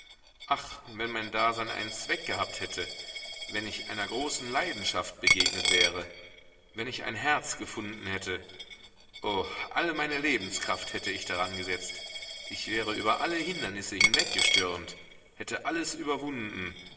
ach wenn mein dasein einen zweck gehabt hätte wenn ich einer großen leidenschaft begegnet wäre wenn ich ein herz gefunden hätte oh alle meine lebenskraft hätte ich daran gesetzt ich wäre über alle hindernisse hinweggestürmt hätte alles überwunden